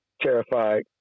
terrified